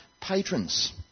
patrons